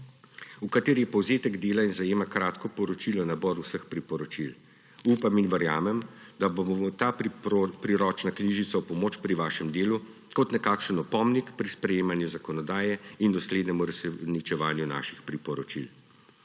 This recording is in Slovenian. v kateri je povzetek dela in zajema kratko poročilo, nabor vseh priporočil. Upam in verjamem, da vam bo ta priročna knjižica v pomoč pri vašem delu kot nekakšen opomnik pri sprejemanju zakonodaje in doslednem uresničevanju naših priporočil.